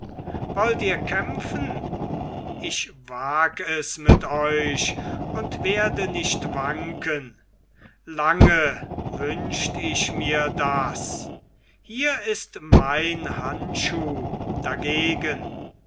wollt ihr kämpfen ich wag es mit euch und werde nicht wanken lange wünscht ich mir das hier ist mein handschuh dagegen